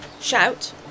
shout